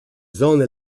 zone